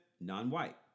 non-white